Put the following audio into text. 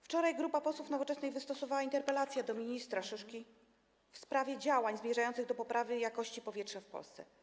Wczoraj grupa posłów Nowoczesnej wystosowała interpelację do ministra Szyszko w sprawie działań zmierzających do poprawy jakości powietrza w Polsce.